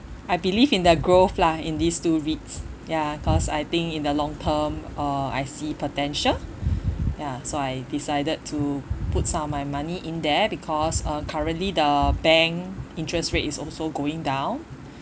I believe in the growth lah in these two REITs ya cause I think in the long term uh I see potential ya so I decided to put some of my money in there because uh currently the bank interest rate is also going down